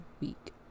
week